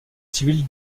civile